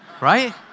Right